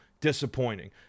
disappointing